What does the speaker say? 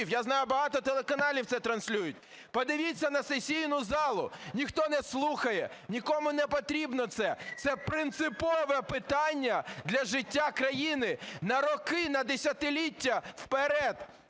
я знаю, багато телеканалів це транслюють. Подивіться на сесійну залу: ніхто не слухає, нікому не потрібно це. Це принципове питання для життя країни на роки, на десятиліття вперед,